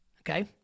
Okay